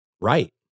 right